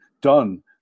done